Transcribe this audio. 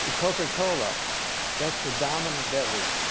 coca-cola that's the dominant beverage.